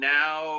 now